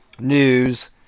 News